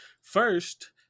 First